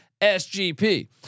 sgp